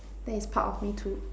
that is part of me too